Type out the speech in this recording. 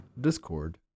Discord